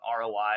roi